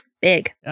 big